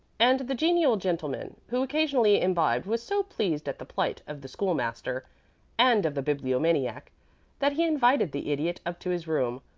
and the genial gentleman who occasionally imbibed was so pleased at the plight of the school-master and of the bibliomaniac that he invited the idiot up to his room,